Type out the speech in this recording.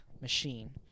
machine